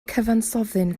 cyfansoddyn